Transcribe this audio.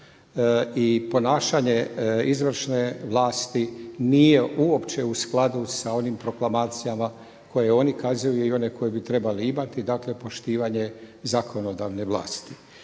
i ponašanje izvršne vlasti nije uopće u skladu sa onim proklamacijama koje oni kazuju i one koje bi trebali imati dakle poštivanje zakonodavne vlasti.